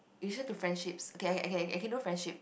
issue to friendships okay I can I can do friendships